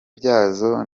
byazo